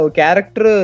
character